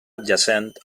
adjacent